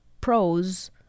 Pros